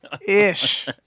Ish